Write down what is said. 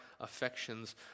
affections